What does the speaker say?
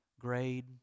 grade